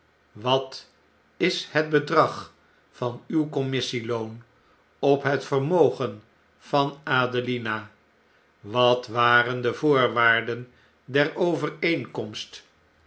wat is het bedrag van uw commissie loon op het vermogen van adelina wat waren de voorwaarden der